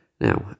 Now